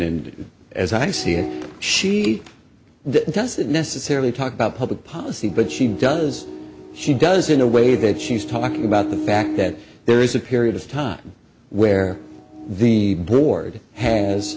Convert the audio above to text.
and as i see it she'd doesn't necessarily talk about public policy but she does she does in a way that she's talking about the fact that there is a period of time where the board has